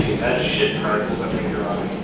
yeah dad shit particles under your eye.